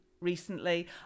recently